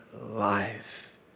life